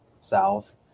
south